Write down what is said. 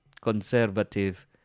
conservative